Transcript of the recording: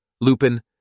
Lupin